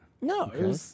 No